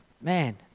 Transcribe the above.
Man